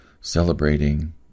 celebrating